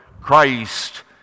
Christ